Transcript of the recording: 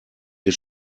ihr